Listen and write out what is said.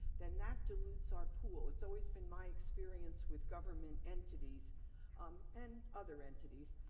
then that dilutes our pool. it's always been my experience with government entities um and other entities,